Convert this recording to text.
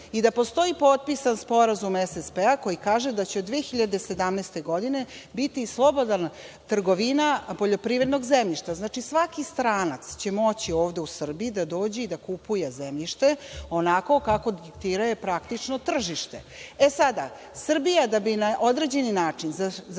i postoji potpisan SSP koji kaže da će od 2017. godine biti slobodna trgovina poljoprivrednog zemljišta. Znači, svaki stranac će moći ovde u Srbiji da dođe i da kupuje zemljište onako kako diktira tržište. Srbija da bi na određeni način zaštitila